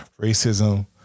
racism